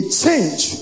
change